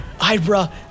Ibra